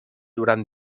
durant